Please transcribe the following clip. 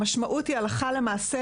הלכה למעשה,